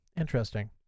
interesting